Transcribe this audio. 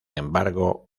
embargo